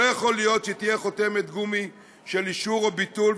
לא יכול להיות שהיא תהיה חותמת גומי של אישור או ביטול,